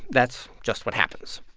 that's just what happens.